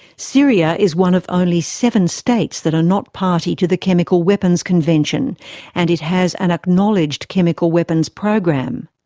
syria is one of only seven states that are not party to the chemical weapons convention and it has an acknowledged chemical weapons program.